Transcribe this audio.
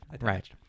Right